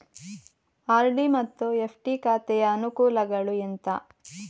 RD ಮತ್ತು FD ಖಾತೆಯ ಅನುಕೂಲಗಳು ಎಂತ?